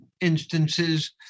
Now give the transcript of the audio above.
instances